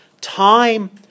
time